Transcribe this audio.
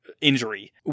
injury